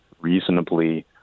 reasonably